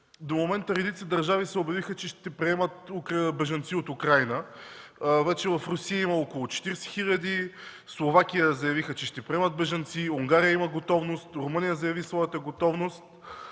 До момента редица държави обявиха, че ще приемат бежанци от Украйна. В Русия вече има около 40 хиляди; Словакия заяви, че ще приеме бежанци; Унгария има готовност; Румъния заяви също своята готовност.